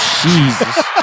Jesus